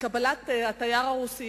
לקבלת התייר הרוסי,